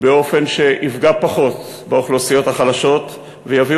באופן שיפגע פחות באוכלוסיות החלשות ויביא